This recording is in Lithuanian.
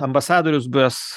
ambasadorius buvęs